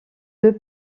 deux